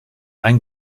ein